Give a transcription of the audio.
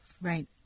Right